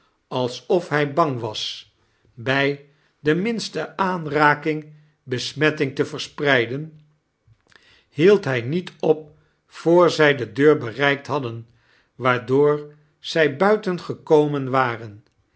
alsof hij bang was bij de minste aanraking besmetting te verspreiden hield hij niet op voor zij de deur bereikt hadden waardoor zij buiten gekomen waren